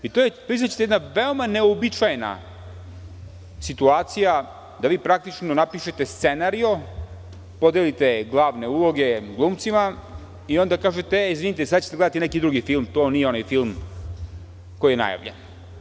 To je jedna neuobičajena situacija, da vi napišete scenario, podelite glavne uloge glumcima, i onda kažete, izvinite, sada ćete da gledate neki drugi film, to nije onaj film koji je najavljen.